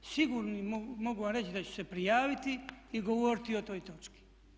Sigurno mogu vam reći da ću se prijaviti i govoriti o toj točki.